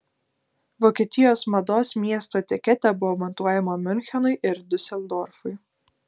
vokietijos mados miesto etiketė buvo matuojama miunchenui ir diuseldorfui